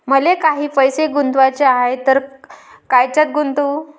मले काही पैसे गुंतवाचे हाय तर कायच्यात गुंतवू?